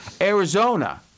Arizona